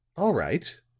all right,